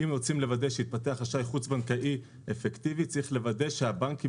אם רוצים לוודא שיתפתח אשראי חוץ בנקאי אפקטיבי צריך לוודא שהבנקים